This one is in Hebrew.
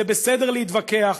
זה בסדר להתווכח,